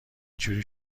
جوری